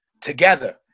together